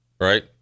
Right